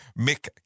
Mick